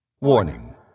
Warning